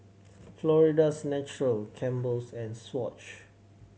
Florida's Natural Campbell's and Swatch